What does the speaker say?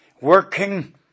working